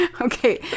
Okay